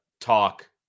talk